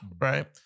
right